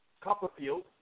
Copperfield